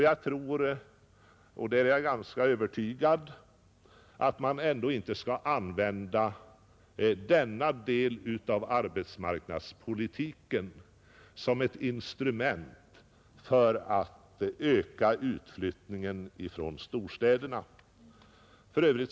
Jag är också ganska övertygad om att det är olämpligt att använda flyttningsbidragen som ett instrument för att lätta trycket på storstäderna.